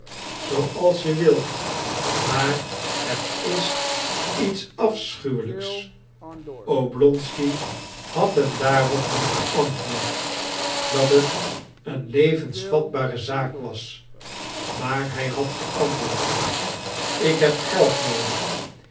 zooals je wilt maar het is iets afschuwelijks oblonsky had hem daarop niet geantwoord dat het een levensvatbare zaak was maar hij had geantwoord ik heb geld noodig